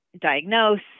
diagnose